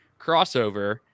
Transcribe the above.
crossover